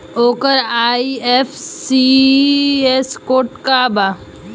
ओकर IFSC code का बा?